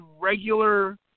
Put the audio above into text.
regular